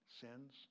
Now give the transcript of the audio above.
sins